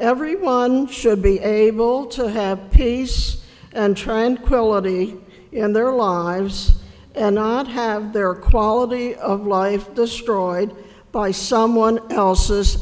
everyone should be able to have peace and tranquility in their lives and not have their quality of life destroyed by someone else's